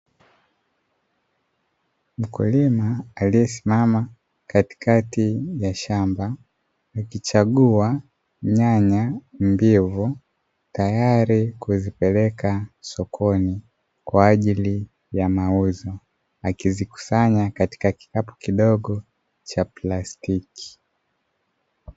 Mkulima aliyesimama katikati ya shamba, akichagua nyanya mbivu, tayari kuzipeleka sokoni kwa ajili ya mauzo, akizikusanya katika kikapu kidogo cha plastiki.